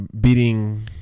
beating